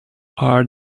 are